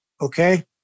Okay